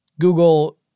Google